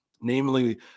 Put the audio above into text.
namely